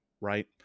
right